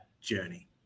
journey